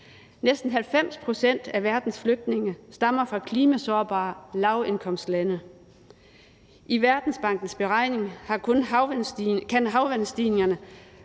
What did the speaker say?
Næsten 90 pct. af verdens flygtninge stammer fra klimasårbare lavindkomstlande. Ifølge Verdensbankens beregning kan havvandsstigningerne,